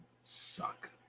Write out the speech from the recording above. suck